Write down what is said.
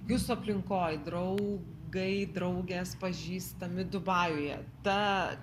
jūsų aplinkoj draugai draugės pažįstami dubajuje ta